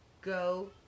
Go